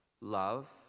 love